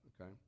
okay